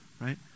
right